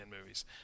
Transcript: movies